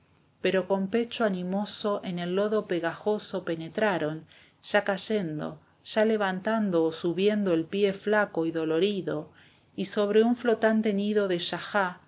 pero con pecho animoso en el lodo pegajoso penetraron ya cayendo ya levantando o subiendo el pie flaco y dolorido y sobre un flotante nido de